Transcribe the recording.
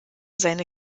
seine